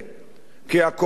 כי הקואליציה,